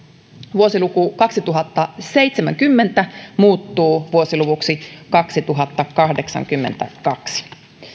vuosiluku kaksituhattaseitsemänkymmentä muuttuu vuosiluvuksi kaksituhattakahdeksankymmentäkaksi